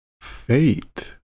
fate